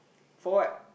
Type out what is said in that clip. for what